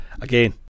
again